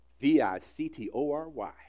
V-I-C-T-O-R-Y